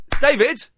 David